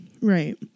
right